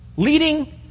Leading